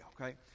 okay